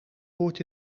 woord